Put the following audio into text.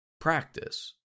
practice